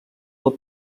del